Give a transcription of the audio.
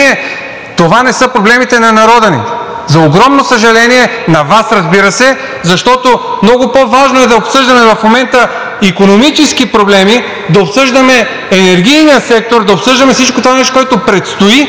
това не са проблемите на народа ни. За огромно съжаление на Вас, разбира се, защото много по-важно е да обсъждаме в момента икономически проблеми, да обсъждаме енергийния сектор, да обсъждаме всичкото това нещо, което предстои,